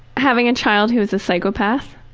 having a child who is a psychopath.